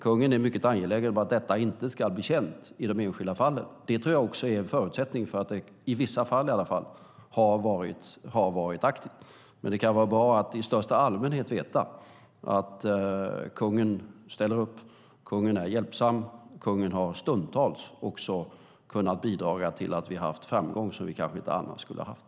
Kungen är mycket angelägen om att detta inte ska bli känt i de enskilda fallen. Det tror jag också har varit en förutsättning för att det åtminstone i vissa fall har varit aktivt. Men det kan vara bra att i största allmänhet veta att kungen ställer upp. Kungen är hjälpsam. Kungen har stundtals också kunnat bidra till att vi har haft framgång som vi kanske inte annars skulle ha haft.